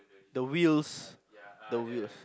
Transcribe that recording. the wheels the wheels